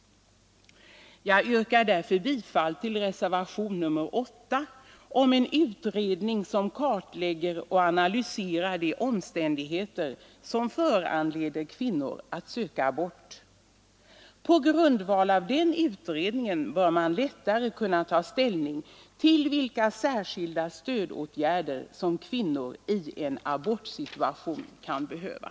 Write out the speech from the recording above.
Jag yrkar därför bifall till reservationen 8 om en utredning som kartlägger och analyserar de omständigheter som föranleder kvinnor att söka abort. På grundval av den utredningen bör man lättare kunna ta Nr 93 ställning till vilka särskilda stödåtgärder som kvinnor i en abortsituation Onsdagen den kan behöva.